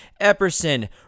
Epperson